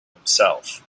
himself